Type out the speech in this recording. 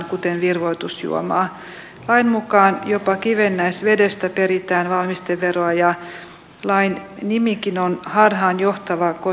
hur ren pressad äppeljuice inkluderas i denna beskattning är för mig helt obegripligt